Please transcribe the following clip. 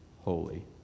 holy